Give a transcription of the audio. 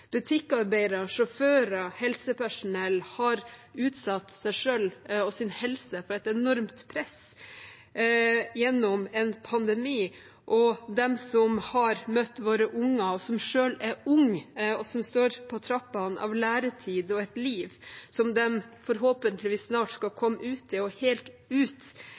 Butikkarbeidere, sjåfører, helsepersonell har utsatt seg selv og sin helse for et enormt press gjennom pandemien, og de som har møtt våre unger, som selv er ung, og som står på trappene av læretid og et liv som de forhåpentligvis snart skal komme ut i, og helt ut